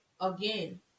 Again